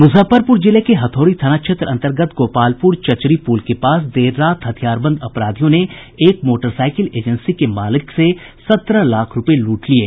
मुजफ्फरपुर जिले हथौड़ी थाना क्षेत्र अन्तर्गत गोपालपुर चचरी पुल के पास देर रात हथियारबंद अपराधियों ने एक मोटरसाईकिल एजेंसी के मालिक से सत्रह लाख रूपये लूट लिये